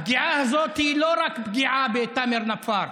הפגיעה הזאת היא לא רק פגיעה בתאמר נפאר,